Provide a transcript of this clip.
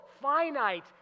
finite